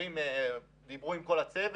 אומרים שדיברו עם כל הצוות.